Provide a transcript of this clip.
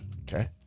Okay